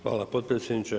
Hvala podpredsjedniče.